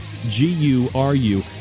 G-U-R-U